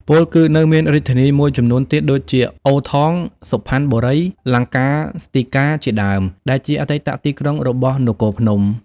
ពោលគឺ នៅមានរាជធានីមួយចំនួនទៀតដូចជា អូ ថង "សុផាន់បុរី” លង្កាស្ទិកា ជាដើម ដែលជាអតីតទីក្រុងរបស់នគរភ្នំ។